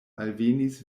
alvenis